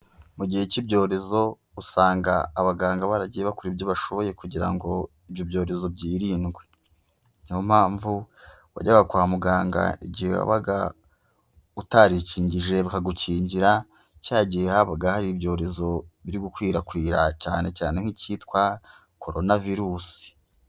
Mu gihe cy'ibyorezo usanga abaganga baragiye bakora ibyo bashoboye kugira ngo ibyo byorezo byirindwe. Niyo mpamvu, wajyaga kwa muganga igihe wabaga utarikingije bakagukingira, cya gihe habaga hari ibyorezo biri gukwirakwira, cyane cyane nk'icyitwa Corona virusi.